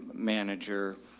manager,